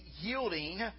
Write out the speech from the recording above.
yielding